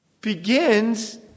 begins